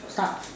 start